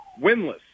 winless